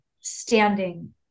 standing